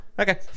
Okay